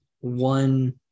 one